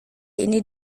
ini